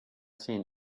seen